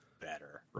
better